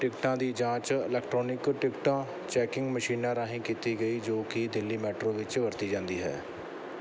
ਟਿਕਟਾਂ ਦੀ ਜਾਂਚ ਇਲੈਕਟ੍ਰੌਨਿਕ ਟਿਕਟਾਂ ਚੈਕਿੰਗ ਮਸ਼ੀਨਾਂ ਰਾਹੀਂ ਕੀਤੀ ਗਈ ਜੋ ਕਿ ਦਿੱਲੀ ਮੈਟਰੋ ਵਿੱਚ ਵਰਤੀ ਜਾਂਦੀ ਹੈ